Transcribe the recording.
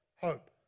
hope